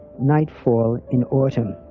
nightfall in autumn'.